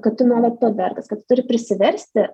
kad tu neva to vertas kad tu turi prisiversti